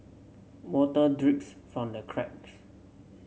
water drips from the cracks